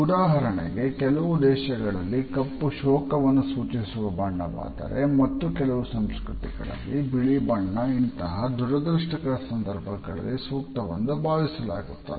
ಉದಾಹರಣೆಗೆ ಕೆಲವು ದೇಶಗಳಲ್ಲಿ ಕಪ್ಪು ಶೋಕವನ್ನು ಸೂಚಿಸುವ ಬಣ್ಣವಾದರೆ ಮತ್ತೆ ಕೆಲವು ಸಂಸ್ಕೃತಿಗಳಲ್ಲಿ ಬಿಳಿ ಬಣ್ಣ ಇಂತಹ ದುರದೃಷ್ಟಕರ ಸಂದರ್ಭಗಳಲ್ಲಿ ಸೂಕ್ತವೆಂದು ಭಾವಿಸಲಾಗುತ್ತದೆ